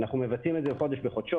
אנחנו מבצעים את זה חודש בחודשו.